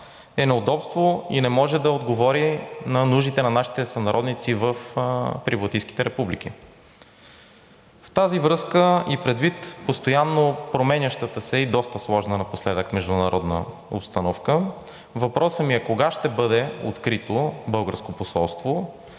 е неудобство и не може да отговори на нуждите на нашите сънародници в прибалтийските републики. В тази връзка и предвид постоянно променящата се и доста сложна напоследък международна обстановка въпросът ми е: кога ще бъде открито българско посолство